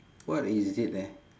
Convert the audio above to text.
what is it eh